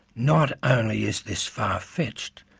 not only is this far-fetched,